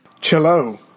cello